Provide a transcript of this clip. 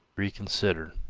reconsider,